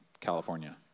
California